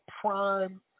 prime